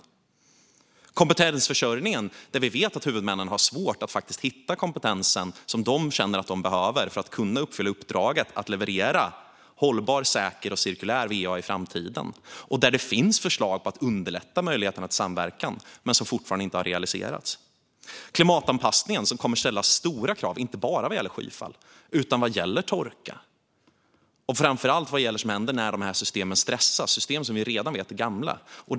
Vi har kompetensförsörjningen där vi vet att huvudmännen har svårt att hitta kompetensen som de känner att de behöver för att kunna uppfylla uppdraget att leverera hållbar, säker och cirkulär va i framtiden och där det finns förslag på att underlätta möjligheterna till samverkan men som fortfarande inte har realiserats. Vi har klimatanpassningen som kommer att ställa stora krav inte bara vad gäller skyfall utan också vad gäller torka och framför allt vad gäller vad som händer när de här systemen stressas. Det är system som vi vet redan är gamla.